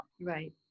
Right